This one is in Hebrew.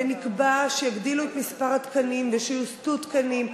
ונקבע שיגדילו את מספר התקנים ושיוסטו תקנים.